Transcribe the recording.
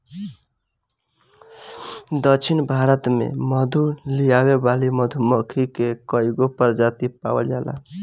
दक्षिण भारत में मधु लियावे वाली मधुमक्खी के कईगो प्रजाति पावल जाला